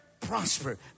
prosper